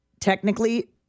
technically